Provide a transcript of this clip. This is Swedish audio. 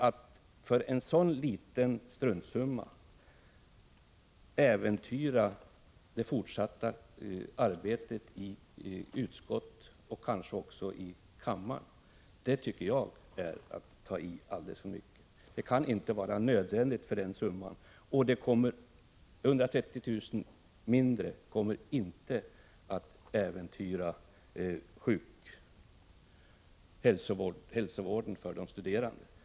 Att för en sådan liten struntsumma äventyra det fortsatta arbetet i utskottet och kanske i kammaren tycker jag är att ta i alldeles för mycket. 130 000 kr. mindre kommer inte att äventyra hälsovården för de studerande.